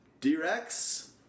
D-Rex